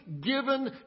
given